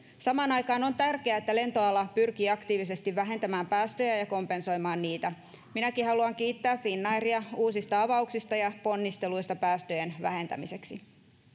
samaan aikaan on tärkeää että lentoala pyrkii aktiivisesti vähentämään päästöjä ja kompensoimaan niitä minäkin haluan kiittää finnairia uusista avauksista ja ponnisteluista päästöjen vähentämiseksi